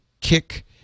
Kick